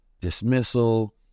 dismissal